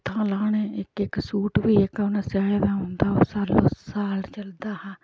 थान लाने इक्क इक्क सूट बी जेह्का उनें सेआए दा होंदा ओह् सालो साल चलदा हा